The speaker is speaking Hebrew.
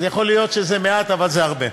יכול להיות שזה מעט, אבל זה הרבה.